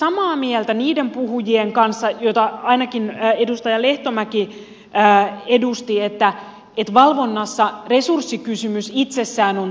olen samaa mieltä niiden puhujien kanssa joita ainakin edustaja lehtomäki edusti että valvonnassa resurssikysymys itsessään on tärkeä